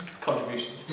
Contribution